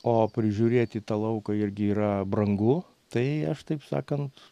o prižiūrėti tą lauką irgi yra brangu tai aš taip sakant